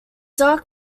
dark